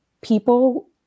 people